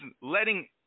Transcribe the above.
letting